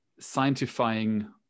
scientifying